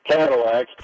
Cadillac